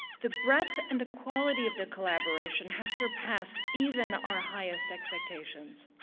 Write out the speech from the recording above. the breadth and equality of the collaboration has surpassed even our highest expectations.